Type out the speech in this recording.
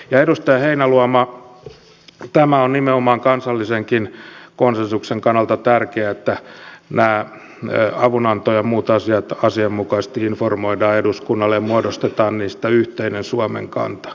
edustaja heinäluoma tämä on nimenomaan kansallisenkin konsensuksen kannalta tärkeää että nämä avunanto ja muut asiat asianmukaisesti informoidaan eduskunnalle ja muodostetaan niistä yhteinen suomen kanta